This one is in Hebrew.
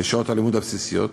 הלימוד הבסיסיות.